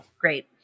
Great